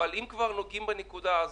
אבל אם כבר נוגעים בנקודה הזאת,